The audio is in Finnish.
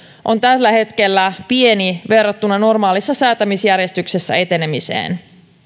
on tällä hetkellä pieni verrattuna normaalissa säätämisjärjestyksessä etenemiseen